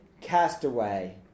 castaway